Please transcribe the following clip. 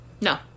No